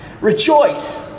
Rejoice